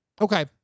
Okay